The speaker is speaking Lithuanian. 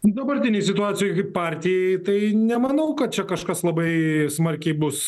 dabartinėj situacijoj kaip partijai tai nemanau kad čia kažkas labai smarkiai bus